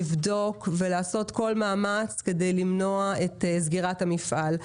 לבדוק ולעשות כל מאמץ כדי למנוע את סגירת המפעל.